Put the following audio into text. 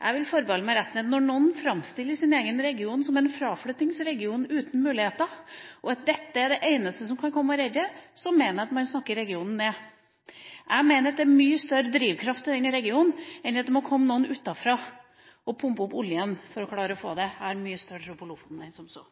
Jeg vil forbeholde meg retten til å mene at når noen framstiller sin egen region som en fraflyttingsregion uten muligheter, og at dette er det eneste som kan redde dem, så snakker man regionen ned. Jeg mener at det er mye større drivkraft i denne regionen enn at det må komme noen utenfra og pumpe opp oljen for å klare å redde dem. Jeg har mye større tro på Lofoten enn som så.